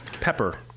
Pepper